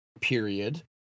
period